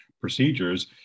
procedures